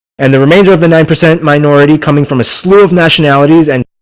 and the remainder of the nine percent minority coming from a slew of nationalities and.